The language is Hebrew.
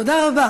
תודה רבה.